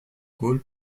gaulle